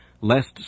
lest